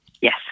Yes